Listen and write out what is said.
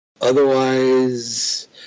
Otherwise